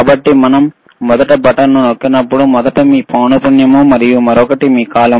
కాబట్టి మనం మొదటి బటన్ను నొక్కినప్పుడు మొదట మీ పౌనపున్యం మరియు మరొకటి మీ కాలం